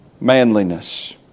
Manliness